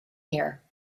here